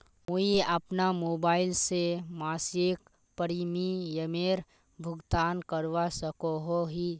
मुई अपना मोबाईल से मासिक प्रीमियमेर भुगतान करवा सकोहो ही?